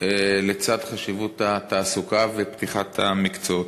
לצד חשיבות התעסוקה ופתיחת המקצועות.